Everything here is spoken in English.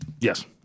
Yes